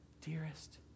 dearest